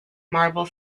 marble